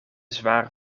zwaar